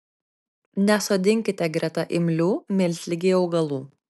nesodinkite greta imlių miltligei augalų